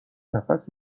نفس